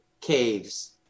caves